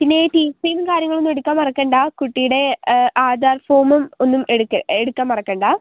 പിന്നെ ഈ ടീസിയും കാര്യങ്ങളും ഒക്കെ എടുക്കാൻ മറക്കണ്ട കുട്ടിയുടെ ആധാർ ഫോമും ഒന്നും എടുക്കാൻ മറക്കണ്ട